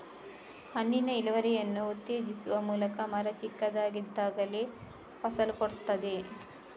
ಹಣ್ಣಿನ ಇಳುವರಿಯನ್ನು ಉತ್ತೇಜಿಸುವ ಮೂಲಕ ಮರ ಚಿಕ್ಕದಾಗಿದ್ದಾಗಲೇ ಫಸಲು ಕೊಡ್ತದೆ